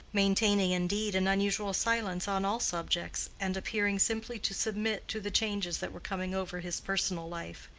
maintaining, indeed, an unusual silence on all subjects, and appearing simply to submit to the changes that were coming over his personal life.